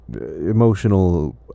emotional